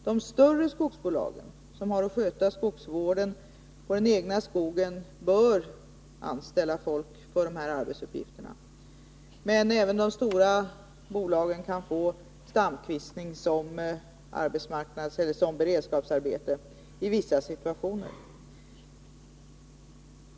De större skogsbolagen, som har att sköta skogsvården på den egna skogen, bör anställa folk för dessa arbetsuppgifter. Men även de stora bolagen kan få stamkvistning som beredskapsarbete i vissa situationer.